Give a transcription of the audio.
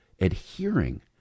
adhering